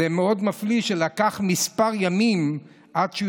זה מאוד מפליא שלקח כמה ימים עד שהוא